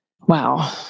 Wow